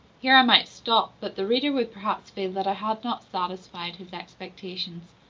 here i might stop but the reader would perhaps feel that i had not satisfied his expectations.